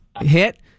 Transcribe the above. hit